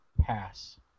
pass